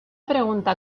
pregunta